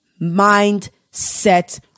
mindset